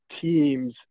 teams